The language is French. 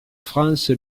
france